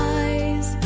eyes